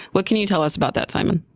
what can you tell us about that, simon?